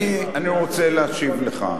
רוצה להשיב לך.